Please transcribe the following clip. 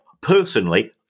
Personally